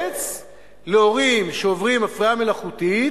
מהארץ להורים שעוברים הפריה מלאכותית,